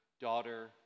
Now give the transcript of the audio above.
daughter